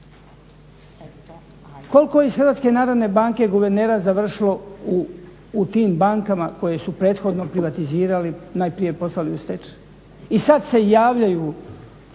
Koliko je iz HNB-a guvernera završilo u tim bankama koje su prethodno privatizirali i najprije poslali u stečaj i sada se javljaju